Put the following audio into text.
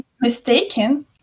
mistaken